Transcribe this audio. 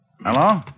Hello